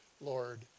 Lord